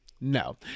No